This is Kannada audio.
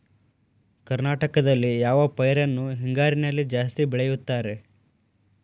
ಕರ್ನಾಟಕದಲ್ಲಿ ಯಾವ ಪೈರನ್ನು ಹಿಂಗಾರಿನಲ್ಲಿ ಜಾಸ್ತಿ ಬೆಳೆಯುತ್ತಾರೆ?